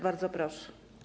Bardzo proszę.